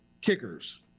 kickers